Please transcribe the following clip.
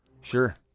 Sure